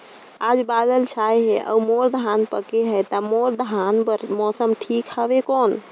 आज बादल छाय हे अउर मोर धान पके हे ता मोर धान बार मौसम ठीक हवय कौन?